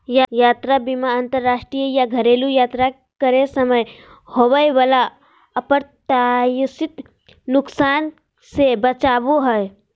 यात्रा बीमा अंतरराष्ट्रीय या घरेलू यात्रा करे समय होबय वला अप्रत्याशित नुकसान से बचाबो हय